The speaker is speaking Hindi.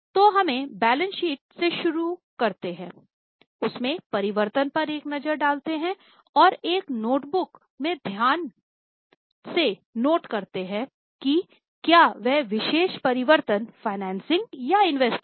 तो हमें बैलेंस शीट से शुरू करते हैं उसमें परिवर्तन पर एक नज़र डालते हैं और एक नोटबुक में ध्यान नोट करते है कि क्या वह विशेष परिवर्तन फाइनेंसिंग है